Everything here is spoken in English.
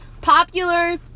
popular